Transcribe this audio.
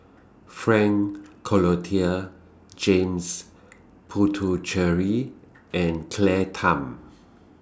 Frank Cloutier James Puthucheary and Claire Tham